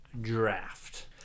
draft